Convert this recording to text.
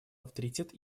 авторитет